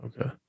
Okay